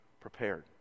prepared